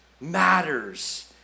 matters